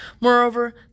Moreover